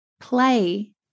play